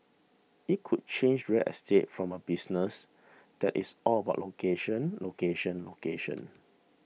it could change real estate from a business that is all about location location location